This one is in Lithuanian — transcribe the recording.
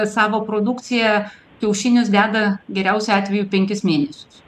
savo produkciją kiaušinius deda geriausiu atveju penkis mėnesius